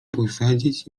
posadzić